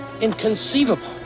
Inconceivable